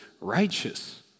righteous